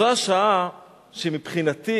זו השעה שמבחינתי